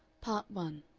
part one